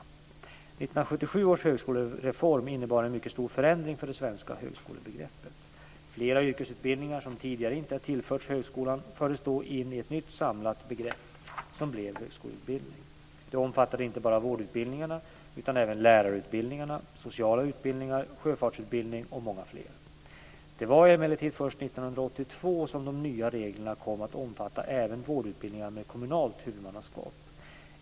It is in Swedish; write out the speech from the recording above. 1977 års högskolereform innebar en mycket stor förändring för det svenska högskolebegreppet. Flera yrkesutbildningar som tidigare inte tillhört högskolan fördes då in i ett nytt samlat begrepp, som blev högskoleutbildning. Det omfattade inte bara vårdutbildningarna utan även lärarutbildningar, sociala utbildning, sjöfartsutbildningar och många fler. Det var emellertid först 1982 som de nya reglerna kom att omfatta även vårdutbildningarna med kommunalt huvudmannaskap.